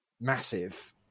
massive